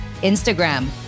Instagram